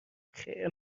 خیر